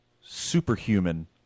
superhuman